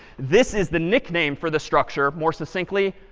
this is the nickname for the structure, more succinctly,